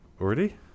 already